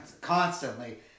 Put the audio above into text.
Constantly